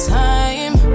time